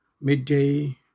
midday